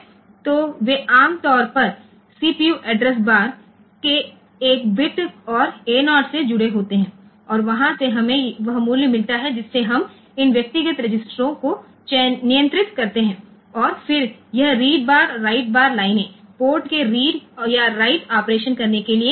तो वे आम तौर पर सीपीयू एड्रेस बार के एक बिट्स और ए 0 से जुड़े होते हैं और वहां से हमें वह मूल्य मिलता है जिससे हम इन व्यक्तिगत रजिस्टरों को नियंत्रित करते हैं और फिर यह रीड बार राइट बार लाइनें पोर्ट के रीड या राइट ऑपरेशन करने के लिए होती हैं